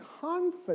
Confidence